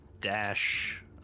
dash